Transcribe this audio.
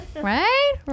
right